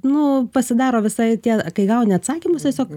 nu pasidaro visai tie kai gauni atsakymus tiesiog